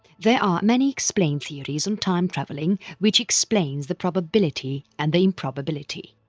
there are many explained theories on time travelling which explain the probability and the improbability.